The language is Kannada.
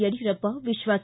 ಯಡಿಯೂರಪ್ಪ ವಿಶ್ವಾಸ